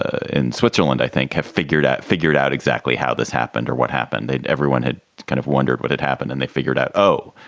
ah in switzerland, i think, have figured out figured out exactly how this happened or what happened. everyone had kind of wondered what had happened and they figured out, oh,